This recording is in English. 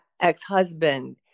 ex-husband